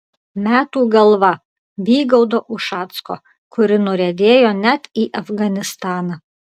metų galva vygaudo ušacko kuri nuriedėjo net į afganistaną